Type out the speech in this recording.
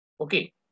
okay